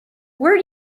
where